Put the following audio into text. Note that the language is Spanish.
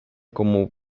como